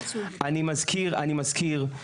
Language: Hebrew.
אני מזכיר, למשל,